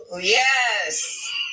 Yes